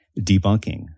debunking